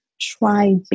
try